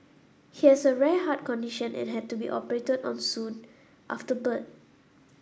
he has a rare heart condition and had to be operated on soon after birth